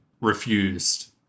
refused